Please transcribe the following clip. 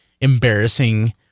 embarrassing